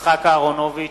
יצחק אהרונוביץ,